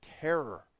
terror